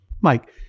Mike